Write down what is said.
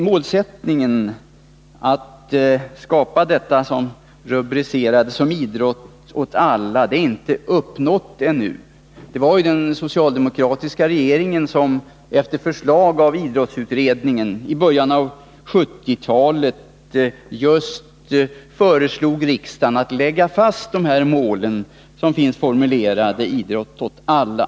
Målet att skapa det som rubricerats Idrott åt alla är inte uppnått ännu. Det var den socialdemokratiska regeringen som efter förslag av idrottsutredningen i början av 1970-talet föreslog riksdagen att lägga fast de mål som formulerats för Idrott åt alla.